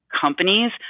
companies